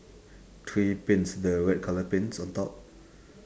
three pins the red colour pins on top